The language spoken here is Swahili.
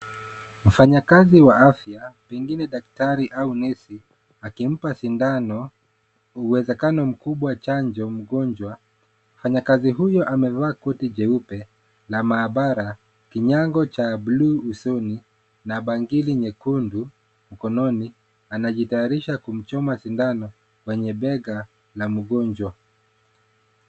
Mfanyakazi wa afya, pengine daktari au nesi akimpa sindano, uwezekano mkubwa chanjo mgonjwa .Mfanyakazi huyu amevaa koti jeupe na maabara ,kinyago cha bluu usoni na bangili nyekundu mkononi. Anajitayarisha kumchuma sindano kwenye began la mgonjwa.